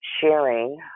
sharing